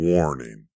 Warning